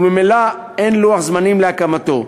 וממילא אין לוח זמנים להקמתו.